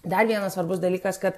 dar vienas svarbus dalykas kad